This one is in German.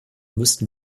müssten